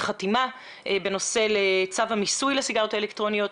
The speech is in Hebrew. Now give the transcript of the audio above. חתימה על צו המיסוי לסיגריות האלקטרוניות.